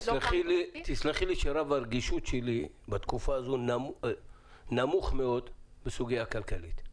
תסלחי לי שרף הרגישות שלי בתקופה הזו נמוך מאוד בסוגיה הכלכלית.